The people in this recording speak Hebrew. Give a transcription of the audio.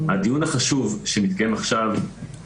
הדיון החשוב שמתקיים עכשיו,